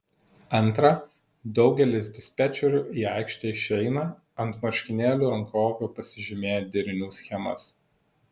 antra daugelis dispečerių į aikštę išeina ant marškinėlių rankovių pasižymėję derinių schemas